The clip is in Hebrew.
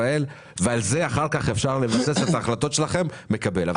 ועל זה אחר כך אפשר לבסס את ההחלטות שלכם מקבל.